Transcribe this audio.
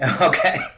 okay